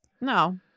No